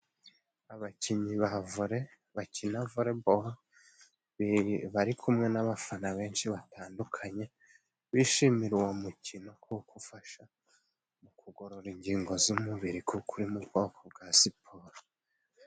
Abakinnyi ba vore， bakina voriboro bari kumwe n'abafana benshi batandukanye， bishimira uwo mukino kuko ufasha mu kugorora ingingo z'umubiri，kuri uri mu bwoko bwa siporo.